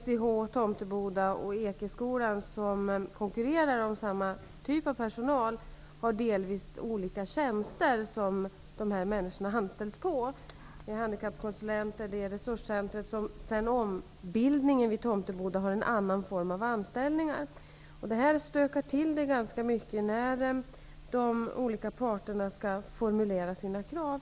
SIH, Tomteboda och Ekeskolan, som konkurrerar om samma typ av personal, har delvis olika tjänster som dessa människor anställs på. Det gäller bl.a. handikappkonsulenter. Resurscentret har sedan ombildningen vid Tomteboda en annan form av anställningar. Detta stökar till det ganska mycket när de olika parterna skall formulera sina krav.